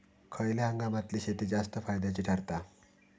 खयल्या हंगामातली शेती जास्त फायद्याची ठरता?